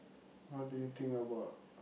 what do you think about